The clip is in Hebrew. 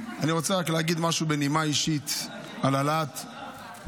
אני רוצה רק להגיד משהו בנימה אישית על צו העלאת המע"מ.